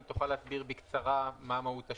אם תוכל להסביר בקצרה מה מהות השינוי.